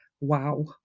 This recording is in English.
Wow